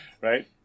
Right